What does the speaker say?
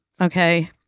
okay